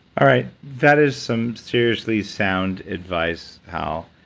all right. that is some seriously sound advice, hal.